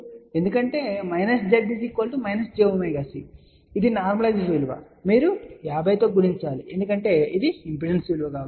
ఎందుకంటే −z −jωC ఇది నార్మలైజ్డ్ విలువ మీరు 50 తో గుణించాలి ఎందుకంటే ఇది ఇంపిడెన్స్ విలువ